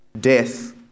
death